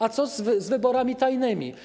A co z wyborami tajnymi?